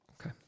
Okay